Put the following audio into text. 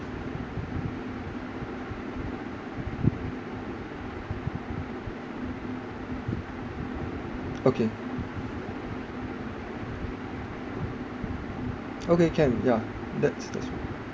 okay okay can yeah that's that's